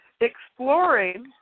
exploring